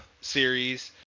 series